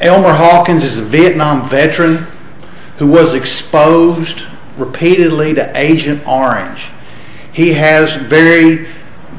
elmer hawkins is a vietnam veteran who was exposed repeatedly to agent orange he has very